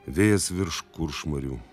vėjas virš kuršmarių